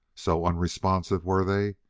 so unresponsive were they,